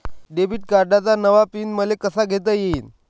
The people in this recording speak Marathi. डेबिट कार्डचा नवा पिन मले कसा घेता येईन?